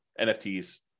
NFTs